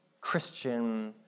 Christian